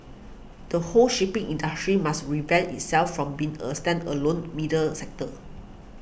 the whole shipping industry must revamp itself from being a stand alone middle sector